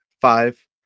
Five